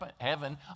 heaven